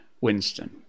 Winston